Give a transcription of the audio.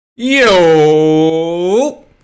Yo